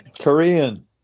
Korean